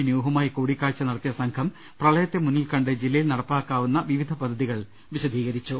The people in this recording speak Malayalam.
ന്യൂഹുമായി കുടി കാഴ്ച നടത്തിയ സംഘം പ്രളയത്തെ മുന്നിൽ കണ്ട് ജില്ലയിൽ നടപ്പിലാക്കാവുന്ന വിവിധ പദ്ധതികൾ വിശദീകരിച്ചു